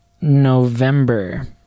November